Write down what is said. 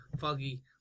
Foggy